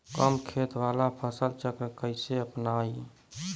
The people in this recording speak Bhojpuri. कम खेत वाला फसल चक्र कइसे अपनाइल?